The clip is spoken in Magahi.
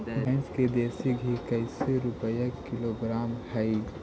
भैंस के देसी घी कैसे रूपये किलोग्राम हई?